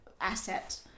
asset